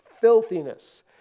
filthiness